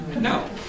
No